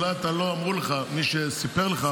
אולי לא אמרו לך מי שסיפר לך,